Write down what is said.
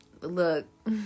Look